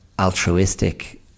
altruistic